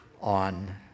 on